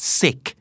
sick